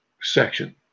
section